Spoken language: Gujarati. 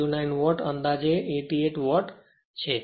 09 વોટ અંદાજે 88 વોટ છે